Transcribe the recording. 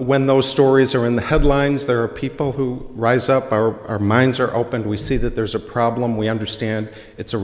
when those stories are in the headlines there are people who rise up are our minds are opened we see that there's a problem we understand it's a